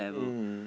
mm